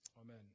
Amen